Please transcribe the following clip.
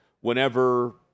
whenever